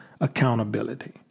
accountability